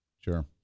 Sure